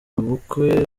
ubukwe